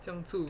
这样住